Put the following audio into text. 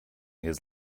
his